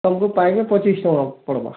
ତମ୍କୁ ପାଏ କେ ପଚିଶ୍ ଟଙ୍କା ପଡ଼୍ବା